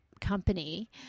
company